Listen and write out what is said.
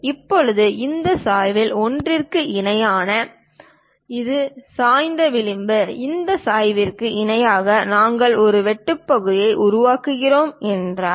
இப்போது இந்த சாய்வில் ஒன்றிற்கு இணையாக இது சாய்ந்த விளிம்பு இந்த சாய்விற்கு இணையாக நாங்கள் ஒரு வெட்டு பகுதியை உருவாக்குகிறோம் என்றால்